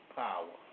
power